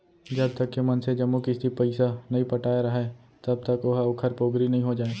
जब तक के मनसे जम्मो किस्ती पइसा नइ पटाय राहय तब तक ओहा ओखर पोगरी नइ हो जाय